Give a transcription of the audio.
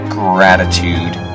gratitude